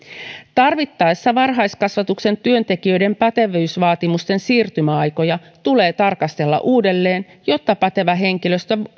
tarvittaessa varhaiskasvatuksen työntekijöiden pätevyysvaatimusten siirtymäaikoja tulee tarkastella uudelleen jotta pätevä henkilöstö